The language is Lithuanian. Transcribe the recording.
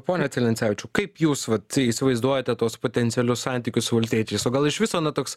pone celencevičiau kaip jūs vat įsivaizduojate tuos potencialius santykius su valstiečiais o gal iš viso na toks